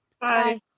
Bye